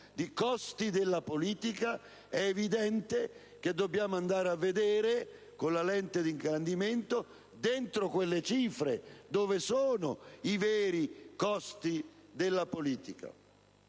di costi della politica, è evidente che dobbiamo andare a vedere con la lente di ingrandimento dentro quelle cifre dove sono i veri costi della politica.